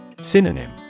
Synonym